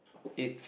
it